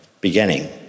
beginning